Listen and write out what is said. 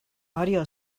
audio